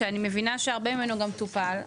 שאני מבינה שהרבה ממנו גם טופל.